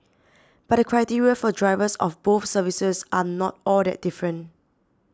but the criteria for drivers of both services are not all that different